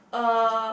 uh